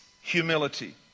humility